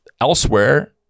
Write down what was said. elsewhere